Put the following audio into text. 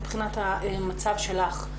מבחינת המצב שלך,